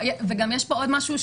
וגם יש פה עוד משהו,